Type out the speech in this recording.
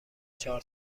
چهار